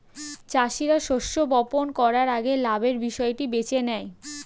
চাষীরা শস্য বপন করার আগে লাভের বিষয়টি বেছে নেয়